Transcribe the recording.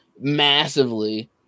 massively